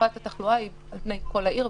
התייחסות למנהל ולתפקידיו.